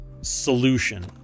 solution